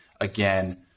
again